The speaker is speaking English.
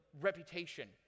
reputation